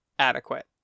Adequate